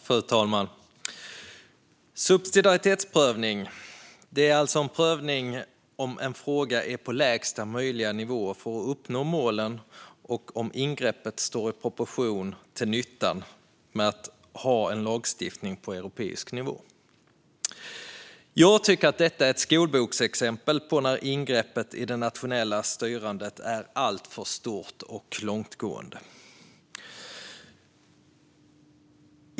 Fru talman! Subsidiaritetsprövning är en prövning av om en fråga är på lägsta möjliga nivå för att uppnå målen och om ingreppet står i proportion till nyttan med att ha en lagstiftning på europeisk nivå. Jag tycker att detta är ett skolboksexempel på när ingreppet i det nationella styrandet är alltför stort och långtgående.